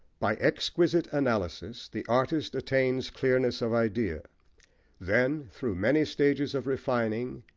by exquisite analysis the artist attains clearness of idea then, through many stages of refining,